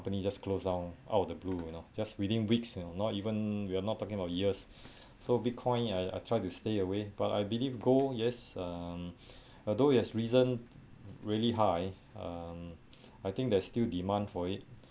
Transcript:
company just closed down out of the blue you know just within weeks you know not even we're not talking about years so bitcoin I I try to stay away but I believe gold yes um although it has reason really high um I think there is still demand for it